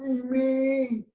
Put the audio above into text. me